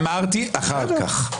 עכשיו רשות הדיבור